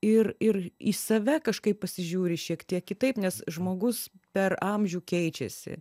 ir ir į save kažkaip pasižiūri šiek tiek kitaip nes žmogus per amžių keičiasi